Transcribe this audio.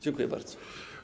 Dziękuję bardzo.